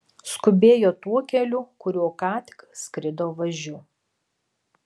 skubėjo tuo keliu kuriuo ką tik skrido važiu